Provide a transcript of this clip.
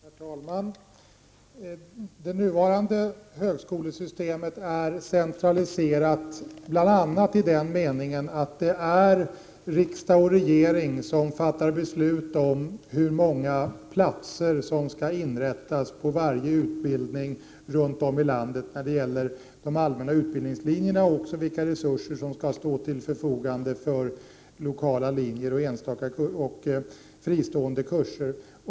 Herr talman! Det nuvarande högskolesystemet är centraliserat bl.a. i betydelsen att det är riksdag och regering som fattar beslut om hur många platser när det gäller de allmänna utbildningslinjerna som skall inrättas på varje utbildning i landet och vilka resurser som skall stå till förfogande för lokala linjer och fristående kurser.